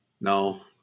no